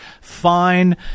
fine